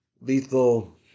Lethal